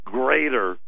greater